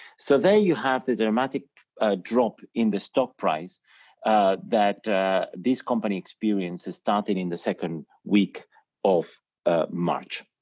so there you have the dramatic drop in the stock price that this company experienced, is starting in the second week of march.